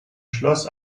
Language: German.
schloss